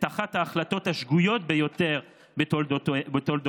אחת ההחלטות השגויות ביותר בתולדותיה,